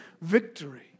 victory